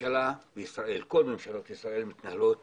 הממשלה בישראל כל ממשלות ישראל מתנהלות